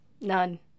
None